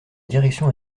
direction